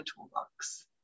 toolbox